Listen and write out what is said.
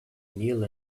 kneel